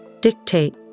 dictate